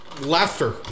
laughter